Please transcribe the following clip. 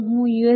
જો હું યુ